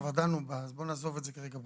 כבר דנו בה אז בואו נעזוב את זה כרגע.